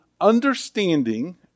understanding